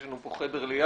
יש לנו פה חדר ליד,